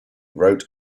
wrote